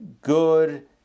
good